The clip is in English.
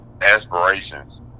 aspirations